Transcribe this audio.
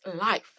life